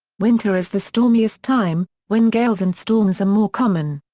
winter is the stormiest time, when gales and storms are more common.